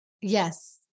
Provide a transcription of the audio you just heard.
Yes